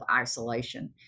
isolation